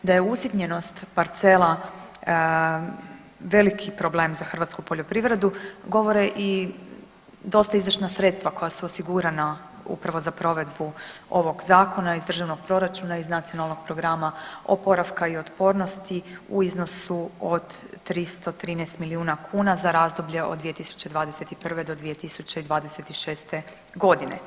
Da je usitnjenost parcela veliki problem za hrvatsku poljoprivredu govore i dosta izdašna sredstva koja su osigurana upravo za provedbu ovog zakona iz državnog proračuna iz Nacionalnog programa oporavka i otpornosti u iznosu od 313 milijuna kuna za razdoblje od 2021. do 2026. godine.